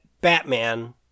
Batman